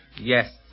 Yes